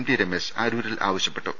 T Ramesh അരൂരിൽ ആവശ്യപ്പെട്ടു